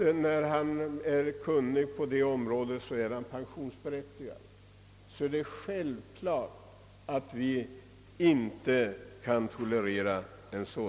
En sådan utveckling kan inte tolereras.